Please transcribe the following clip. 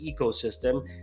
ecosystem